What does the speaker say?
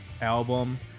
album